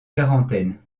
quarantaine